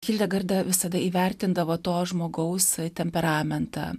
hildegarda visada įvertindavo to žmogaus temperamentą